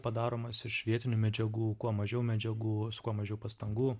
padaromas iš vietinių medžiagų kuo mažiau medžiagų su kuo mažiau pastangų